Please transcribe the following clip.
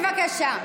בבקשה.